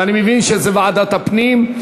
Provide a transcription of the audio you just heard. ואני מבין שזו ועדת הפנים.